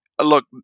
Look